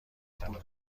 توانم